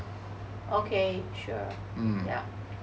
okay sure yup